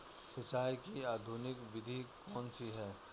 सिंचाई की आधुनिक विधि कौनसी हैं?